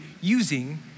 using